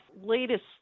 latest